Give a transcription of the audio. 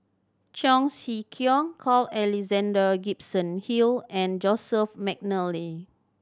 Cheong Siew Keong Carl Alexander Gibson Hill and Joseph McNally